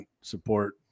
support